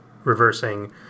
reversing